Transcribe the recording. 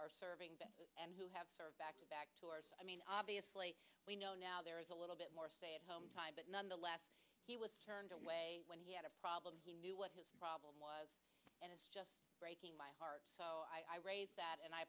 are serving and who have served back to back to us i mean obviously we know now there is a little bit more stay at home time but nonetheless he was turned away when he had a problem he knew what his problem was and it's just breaking my heart i raised that and i